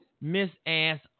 miss-ass